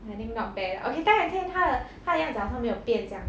I think not bad ah okay 戴阳天他的他的样子好像没有变这样